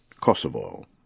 Kosovo